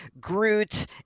Groot